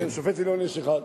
כן, שופט עליון יש אחד.